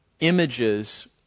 images